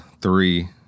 three